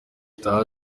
gitaha